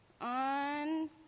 on